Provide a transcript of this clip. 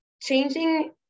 changing